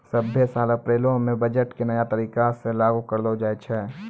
सभ्भे साल अप्रैलो मे बजट के नया तरीका से लागू करलो जाय छै